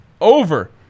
Over